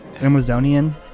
Amazonian